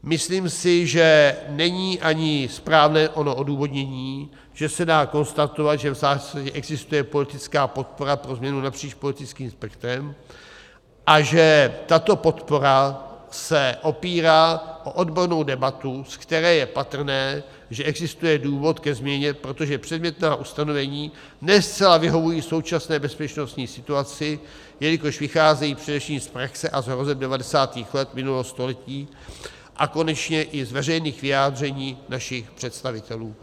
Myslím si, že není ani správné ono odůvodnění, že se dá konstatovat, že v zásadě existuje politická podpora pro změnu napříč politickým spektrem a že tato podpora se opírá o odbornou debatu, ze které je patrné, že existuje důvod ke změně, protože předmětná ustanovení ne zcela vyhovují současné bezpečností situaci, jelikož vycházejí především z praxe a z hrozeb 90. let minulého století, a konečně i z veřejných vyjádření našich představitelů.